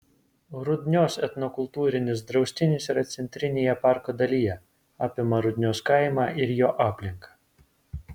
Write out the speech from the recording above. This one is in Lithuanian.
rudnios etnokultūrinis draustinis yra centrinėje parko dalyje apima rudnios kaimą ir jo aplinką